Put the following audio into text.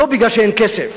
לא כי אין כסף,